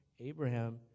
Abraham